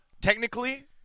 Technically